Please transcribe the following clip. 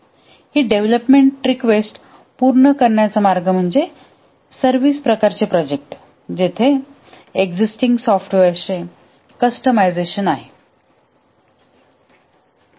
हीडेव्हलपमेंट request पूर्ण करण्याचा मार्ग म्हणजेसर्व्हिस प्रकारचे प्रोजेक्ट जेथे एक्ससिस्टींग सॉफ्टवेअरचे कस्टमाइझशन आहे